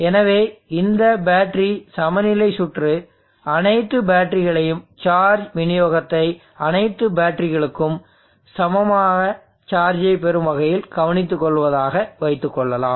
எனவே இந்த பேட்டரி சமநிலை சுற்று அனைத்து பேட்டரிகளிடையேயும் சார்ஜ் விநியோகத்தை அனைத்து பேட்டரிகளுக்கும் சமமான சார்ஜை பெறும் வகையில் கவனித்துக்கொள்வதாக வைத்துக்கொள்ளலாம்